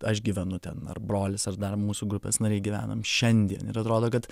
aš gyvenu ten ar brolis ar dar mūsų grupės nariai gyvenam šiandien ir atrodo kad